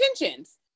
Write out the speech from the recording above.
intentions